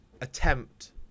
attempt